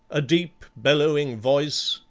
a deep, bellowing voice,